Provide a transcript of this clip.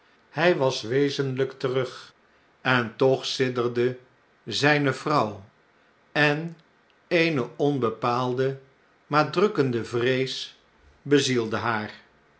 hjj was wezenljjk terug en toch sidderde zjjne vrouw en eene onbepaalde maar drukkende vrees bezielde haar